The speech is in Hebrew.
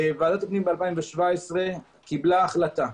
ועדת הפנים ב-2017 קיבלה החלטה.